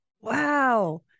Wow